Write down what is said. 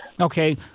Okay